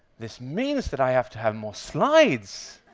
this means that i have to have more slides